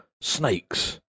Snakes